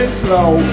slow